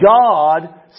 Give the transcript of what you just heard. God